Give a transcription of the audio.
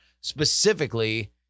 specifically